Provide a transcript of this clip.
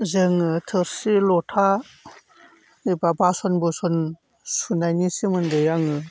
जोङो थोरसि लथा एबा बासोन बुसन सुनायनि सोमोन्दै आङो